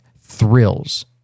thrills